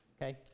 okay